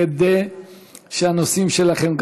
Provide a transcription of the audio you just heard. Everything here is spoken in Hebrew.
כדי שהנושאים שלכם,